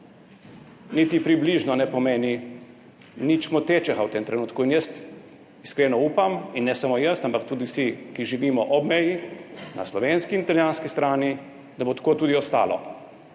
niti približno ne pomeni nič motečega v tem trenutku. In jaz iskreno upam in ne samo jaz, ampak tudi vsi, ki živimo ob meji na slovenski in italijanski strani, da bo tako tudi ostalo.